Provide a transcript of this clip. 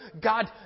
God